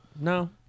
no